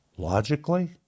Logically